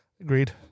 Agreed